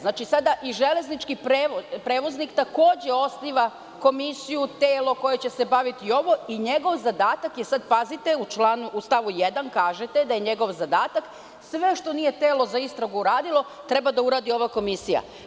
Znači sada i železnički prevoznik takođe osniva komisiju, telo koje će se baviti ovim, i sad pazite, u stavu 1. kažete da je njegov zadatak - sve što nije telo za istragu uradilo treba da uradi ova komisija.